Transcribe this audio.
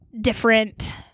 different